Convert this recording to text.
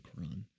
Quran